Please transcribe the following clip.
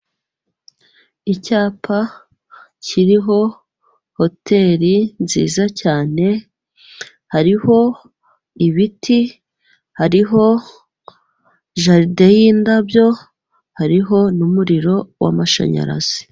Icyapa kiriho hoteri nziza cyane hariho ibiti hariho jaride yindabyo hariho numuriro wa amashanyarazi.